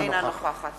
אינה נוכחת